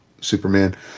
superman